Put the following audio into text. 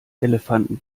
elefanten